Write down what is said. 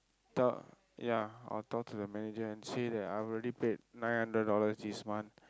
talk ya I'll talk to the manager and say that I already paid nine hundred dollars this month